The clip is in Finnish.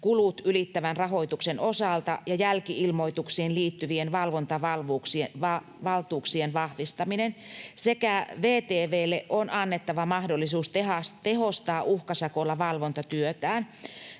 kulut ylittävän rahoituksen osalta ja jälki-ilmoitukseen liittyvien valvontavaltuuksien vahvistaminen, sekä VTV:lle on annettava mahdollisuus tehostaa uhkasakolla valvontatyötään.